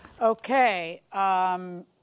Okay